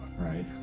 Right